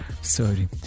sorry